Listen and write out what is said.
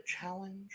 challenge